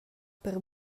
per